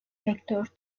sektör